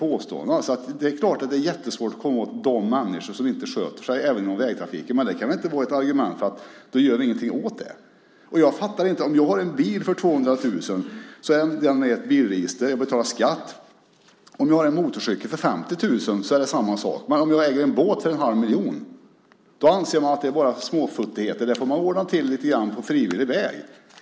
Det är klart att det är jättesvårt att komma åt de människor som inte sköter sig även i vägtrafiken, men det kan väl inte vara ett argument för att inte göra något åt det. Om jag har en bil för 200 000 kronor finns den med i bilregistret, och jag betalar skatt. Om jag har en motorcykel för 50 000 är det samma sak. Men om jag äger en båt för en halv miljon anser man att det bara är småfuttigheter, att det får man ordna till lite grann på frivillig väg.